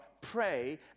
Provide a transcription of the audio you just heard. pray